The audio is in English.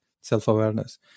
self-awareness